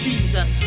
Jesus